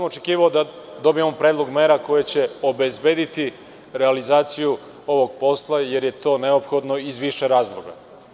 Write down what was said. Očekivao sam da dobijemo predlog mera koje će obezbediti realizaciju ovog posla, jer je to neophodno iz više razloga.